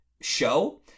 show-